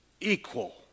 equal